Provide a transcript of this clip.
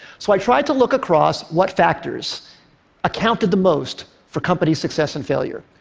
so i tried to look across what factors accounted the most for company success and failure.